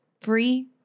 free